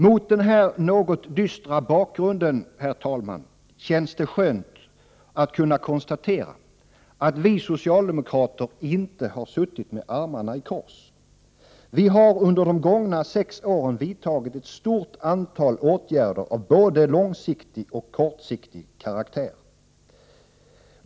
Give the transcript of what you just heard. Mot denna något dystra bakgrund, herr talman, känns det skönt att kunna konstatera, att vi socialdemokrater inte har suttit med armarna i kors. Vi har under de gångna sex åren vidtagit ett stort antal åtgärder av både långsiktig och kortsiktig karaktär.